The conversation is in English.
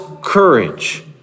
courage